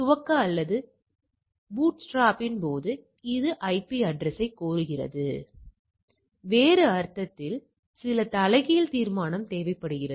துவக்க அல்லது பூட்ஸ்ட்ராப்பின் போது இது ஐபி அட்ரசையைக் கோருகிறது எனவே வேறு அர்த்தத்தில் சில தலைகீழ் தீர்மானம் தேவைப்படுகிறது